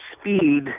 speed